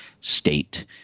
state